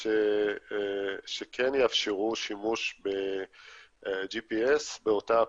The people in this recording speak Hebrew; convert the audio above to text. -- ואפל שכן יאפשרו שימוש ב-GPS באותה אפליקציה.